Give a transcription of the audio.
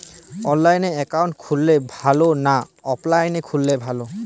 অনলাইনে একাউন্ট খুললে ভালো না অফলাইনে খুললে ভালো?